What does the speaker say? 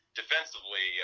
defensively